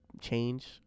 change